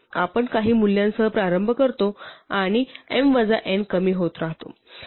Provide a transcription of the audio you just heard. आपण काही मूल्यांसह प्रारंभ करतो आणि m वजा n कमी होत राहतो